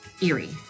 eerie